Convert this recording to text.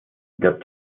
got